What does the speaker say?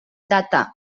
data